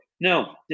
No